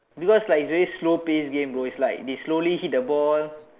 because like very slow paced game bro like they slowly hit the ball